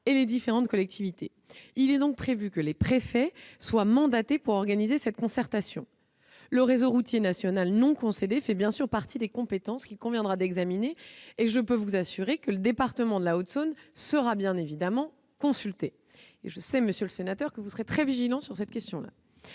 et les différentes collectivités. Il est prévu que les préfets soient mandatés pour organiser cette concertation. Le réseau routier national non concédé fait bien sûr partie des compétences qu'il conviendra d'examiner et je peux vous assurer que le département de la Haute-Saône sera bien évidemment consulté. Je sais, monsieur le sénateur, que vous serez très vigilant sur cette question.